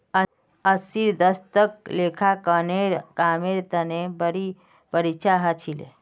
अस्सीर दशकत लेखांकनेर कामेर तने कड़ी परीक्षा ह छिले